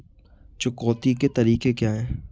चुकौती के तरीके क्या हैं?